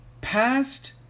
past